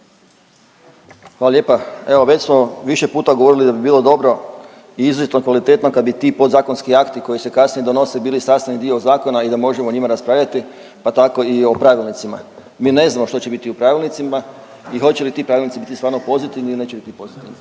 Hvala lijepa. Evo već smo više puta govorili da bi bilo dobro i izuzetno kvalitetno kad bi ti podzakonski akti koji se kasnije donose bili sastavni dio zakona i da možemo o njima raspravljati pa tako i o pravilnicima. Mi ne znamo što će biti u pravilnicima i hoće li ti pravilnici biti stvarno pozitivni ili neće biti pozitivni,